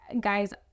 guys